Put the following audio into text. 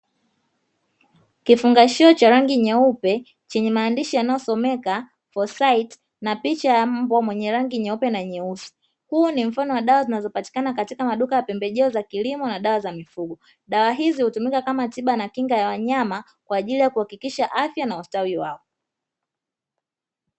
Kifungashio cha rangi nyeupe chenye maandishi yanayosomeka "forsite" na picha ya mbwa mwenye rangi nyeupe na nyeusi, huu ni mfano wa dawa zinazopatikana katika maduka ya pembejeo za kilimo na dawa za mifugo, dawa hizi hutumika kama tiba na kinga ya wanyama kwa ajili ya kuhakikisha afya na ustawi wao.